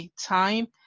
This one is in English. time